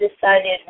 decided